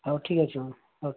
ହେଉ ଠିକ ଅଛି ହେଉ